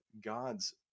god's